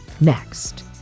Next